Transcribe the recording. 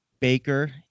Baker